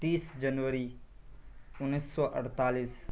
تیس جنوری انیس سو اڑتالیس